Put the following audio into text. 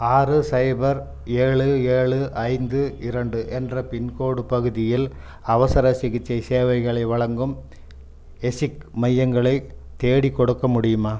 ஆறு சைபர் ஏழு ஏழு ஐந்து இரண்டு என்ற பின்கோடு பகுதியில் அவசர சிகிச்சை சேவைகளை வழங்கும் எஸிக் மையங்களை தேடிக்கொடுக்க முடியுமா